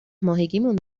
ماهگیمون